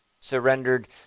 surrendered